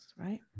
right